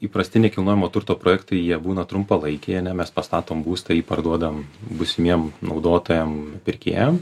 įprasti nekilnojamo turto projektų jie būna trumpalaikiai ane mes pastatome būstą jį parduodam būsimiem naudotojam pirkėjam